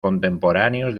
contemporáneos